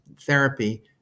therapy